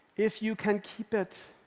if you can keep it.